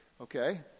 Okay